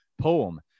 poem